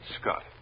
Scott